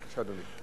בבקשה, אדוני.